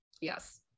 Yes